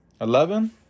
Eleven